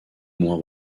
moins